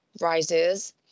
rises